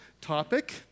topic